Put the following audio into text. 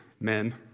men